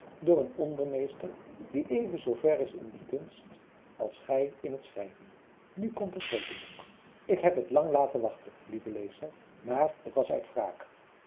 door een ondermeester die even zoo ver is in die kunst als gij in t schrijven nu komt het rekenboek ik heb het lang laten wachten lieve lezer maar het was uit